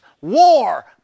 war